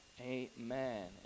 Amen